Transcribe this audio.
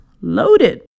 loaded